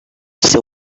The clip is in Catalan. seu